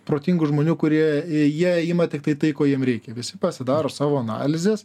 protingų žmonių kurie jie ima tiktai tai ko jiem reikia visi pasidaro savo analizes